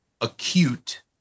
acute